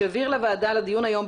שהעביר לוועדה לדיון היום,